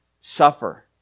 suffer